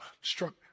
struck